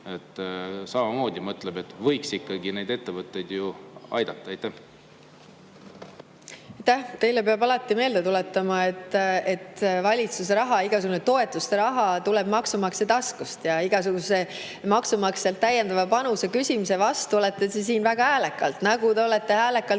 samamoodi mõtleb, et võiks ikkagi neid ettevõtteid aidata. Aitäh! Teile peab alati meelde tuletama, et valitsuse raha, igasugune toetuste raha tuleb maksumaksja taskust. Ja igasuguse maksumaksjalt täiendava panuse küsimise vastu olete te siin väga häälekalt, nagu te olete häälekalt